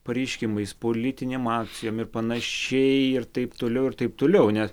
pareiškimais politinėm akcijom ir panašiai ir taip toliau ir taip toliau ne